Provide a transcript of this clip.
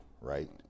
right